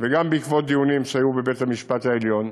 וגם בעקבות דיונים שהיו בבית-המשפט העליון,